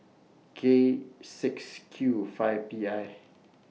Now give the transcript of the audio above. K six Q five P I